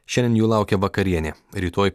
šiandien jų laukia vakarienė rytoj